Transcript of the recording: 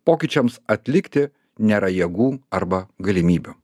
pokyčiams atlikti nėra jėgų arba galimybių